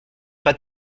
pas